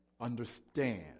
understand